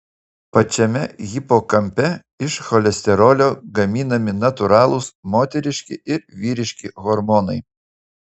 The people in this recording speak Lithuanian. pačiame hipokampe iš cholesterolio gaminami natūralūs moteriški ir vyriški hormonai